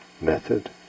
method